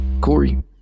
Corey